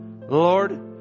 Lord